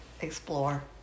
explore